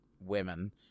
women